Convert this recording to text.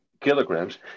kilograms